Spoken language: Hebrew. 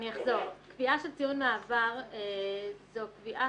אני אחזור: קביעה של ציון מעבר זו קביעה